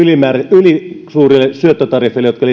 ylisuurille syöttötariffeille jotka